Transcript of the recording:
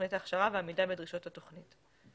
בתוכנית ההכשרה ועמידה בדרישות התוכנית.